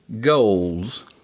goals